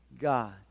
God